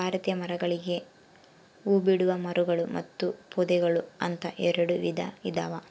ಭಾರತೀಯ ಮರಗಳಲ್ಲಿ ಹೂಬಿಡುವ ಮರಗಳು ಮತ್ತು ಪೊದೆಗಳು ಅಂತ ಎರೆಡು ವಿಧ ಇದಾವ